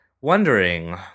wondering